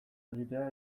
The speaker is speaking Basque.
egitea